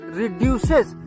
reduces